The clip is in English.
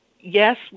yes